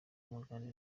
w’umugande